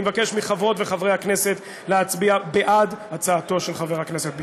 אני מבקש מחברות וחברי הכנסת להצביע בעד הצעתו של חבר הכנסת ביטן.